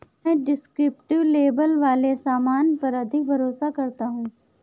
मैं descriptive label वाले सामान पर अधिक भरोसा करता हूं